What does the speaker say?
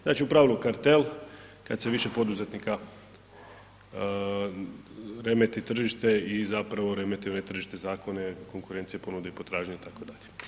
Znači, u pravilu kartel kad sve više poduzetnika remeti tržište i zapravo remeti one tržišne zakone konkurencije ponude i potražnje itd.